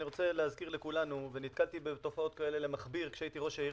אני רוצה להזכיר לכולנו נתקלתי בתופעות כאלה למכביר כשהייתי ראש העיר